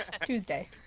Tuesday